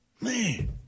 Man